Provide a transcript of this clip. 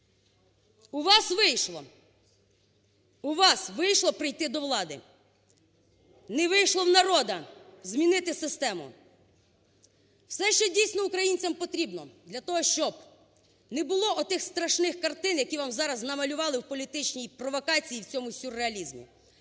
у вас вийшло прийти до влади, не вийшло у народу – змінити систему. Все, що дійсно українцям потрібно, для того щоб не було отих страшних картин, які вам зараз намалювали в політичній провокації і в цьому сюрреалізмі.